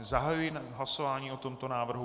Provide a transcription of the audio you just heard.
Zahajuji hlasování o tomto návrhu.